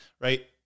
right